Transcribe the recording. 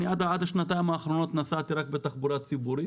עד השנתיים האחרונות נסעתי רק בתחבורה ציבורית.